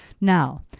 now